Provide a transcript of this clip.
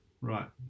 right